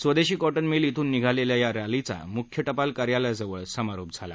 स्वदेशी cotton mill इथून निघालेल्या या रॅलीचा म्ख्य टपाल कार्यालयाजवळ समारोप झाला